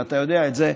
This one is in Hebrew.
ואתה יודע את זה,